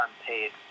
unpaid